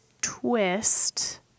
twist